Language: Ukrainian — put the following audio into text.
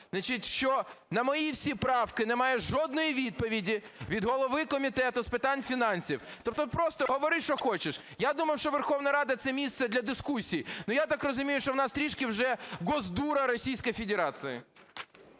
значить, що на мої всі правки немає жодної відповіді від голови комітету з питань фінансів. Тобто просто – говори, що хочеш. Я думав, що Верховна Рада – це місце для дискусій, але я так розумію, що в нас трішки вже "госдура" Российской Федерации.